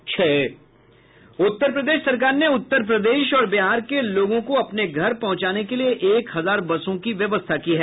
उत्तर प्रदेश सरकार ने उत्तर प्रदेश और बिहार के लोगों को अपने घर पहुंचाने के लिए एक हजार बसों की व्यवस्था की है